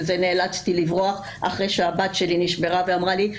נאלצתי לברוח אחרי שהבת שלי נשברה ואמרה לי,